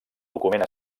document